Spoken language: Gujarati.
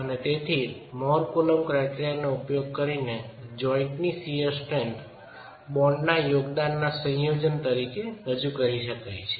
અને તેથી મોહર કુલોમ્બસ ક્રાયટેરિયા નો ઉપયોગ કરીને જોઈન્ટની શિયર સ્ટ્રેન્થ બોન્ડના યોગદાનના સંયોજન તરીકે રજૂ કરી શકાય છે